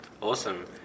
Awesome